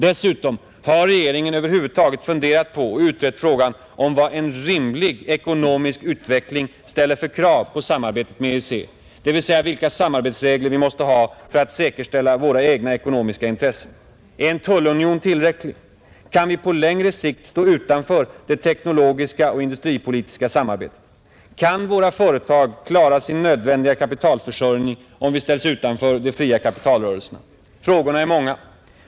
Dessutom: Har regeringen över huvud taget funderat på och utrett frågan om vad en rimlig ekonomisk utveckling ställer för krav på samarbetet med EEC, dvs. vilka samarbetsregler vi måste ha för att säkerställa våra egna ekonomiska intressen? Är en tullunion tillräcklig? Kan vi på längre sikt stå utanför det teknologiska och industripolitiska samarbetet? Kan våra företag klara sin nödvändiga kapitalförsörjning om vi ställs utanför de fria kapitalrörelserna? Frågorna är många.